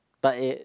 but it